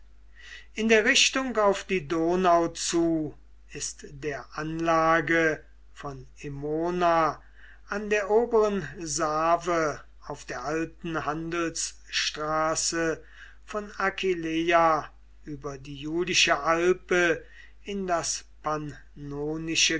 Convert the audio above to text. in der richtung auf die donau zu ist der anlage von emona an der oberen save auf der alten handelsstraße von aquileia über die julische alpe in das